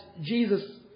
Jesus